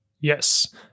Yes